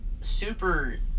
super